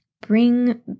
bring